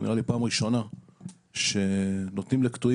נראה לי שזו פעם ראשונה שנותנים לקטועים